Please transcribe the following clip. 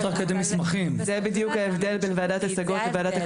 כדי להבטיח שהדבר הזה לא יהיה באוויר,